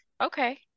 Okay